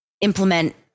implement